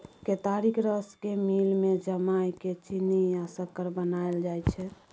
केतारीक रस केँ मिल मे जमाए केँ चीन्नी या सक्कर बनाएल जाइ छै